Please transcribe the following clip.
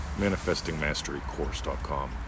manifestingmasterycourse.com